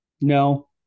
No